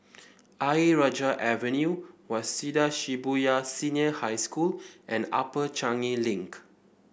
Ayer Rajah Avenue Waseda Shibuya Senior High School and Upper Changi Link